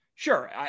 Sure